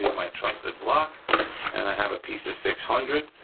my trusted block and i have a piece of six hundred.